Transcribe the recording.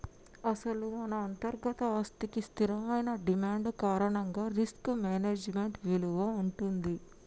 అసలు మన అంతర్గత ఆస్తికి స్థిరమైన డిమాండ్ కారణంగా రిస్క్ మేనేజ్మెంట్ విలువ ఉంటుంది